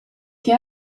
che